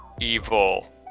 evil